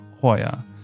Hoya